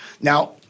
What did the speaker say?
Now